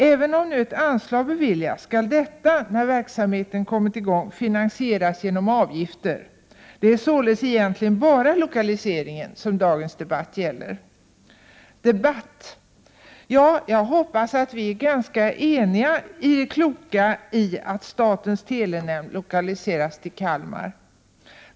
Även om nu ett anslag beviljas skall detta, när verksamheten kommit i gång, finansieras genom avgifter. Det är således egentligen bara lokaliseringen som dagens debatt gäller. Debatt? Ja, jag hoppas att vi är ganska eniga i det kloka i att statens telenämnd lokaliseras till Kalmar.